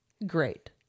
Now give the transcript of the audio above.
Great